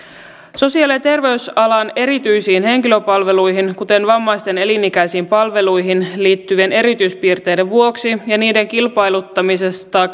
sosiaali ja terveysalan erityisiin henkilöpalveluihin kuten vammaisten elinikäisiin palveluihin liittyvien erityispiirteiden vuoksi ja niiden kilpailuttamisesta